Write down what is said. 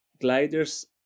gliders